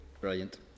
Brilliant